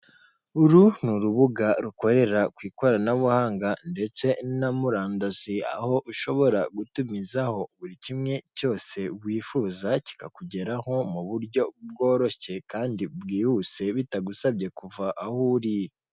Uru ni urubuga rukorera ku ikoranabuhanga ndetse na murandasi aho ushobora gutumizaho buri kimwe cyose wifuza kikakugeraho mu buryo bworoshye kandi bwihuse bitagusabye kuva aho uri.